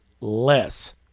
less